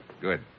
Good